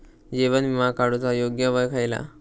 जीवन विमा काडूचा योग्य वय खयला?